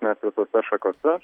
net visose šakose